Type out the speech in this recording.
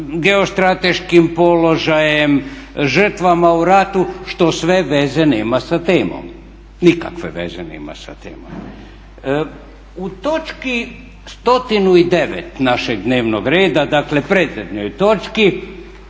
geostrateškim položajem, žrtvama u ratu što sve veze nema sa temom, nikakve veze nema sa temom. U točki 109.našeg dnevnog reda dakle predzadnjoj točki